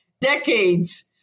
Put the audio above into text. decades